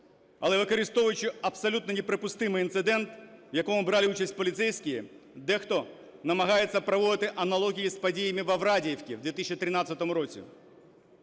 Але використовуючи абсолютно неприпустимий інцидент, в якому брали участь поліцейські, дехто намагається проводити аналогії з подіями у Врадіївці в 2013 році.